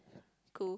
cool